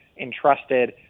entrusted